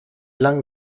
lang